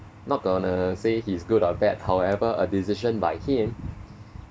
not gonna say he's good or bad however a decision by him